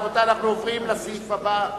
רבותי, אנחנו עוברים לסעיף הבא.